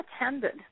attended